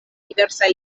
diversaj